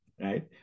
right